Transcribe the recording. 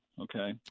Okay